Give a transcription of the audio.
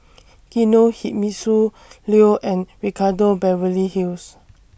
Kinohimitsu Leo and Ricardo Beverly Hills